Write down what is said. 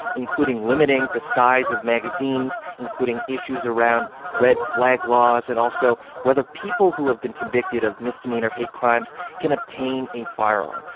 including limiting the size of magazines, including issues around red flag laws and also whether people who have been convicted of misdemeanor hate crimes can obtain a firearm.